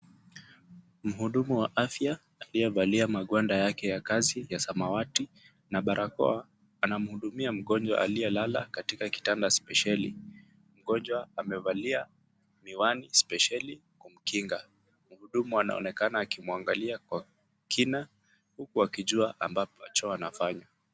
Mhudumu wa afya aliyevalia magwanda yake ya kazi ya samawati na barakoa, anamhudumia mgonjwa aliyelala katika kitanda spesheli. Mgonjwa amevalia miwani spesheli kumkinga. Mhudumu anaonekana akimwangalia kwa kina huku akijua ambacho anafanya.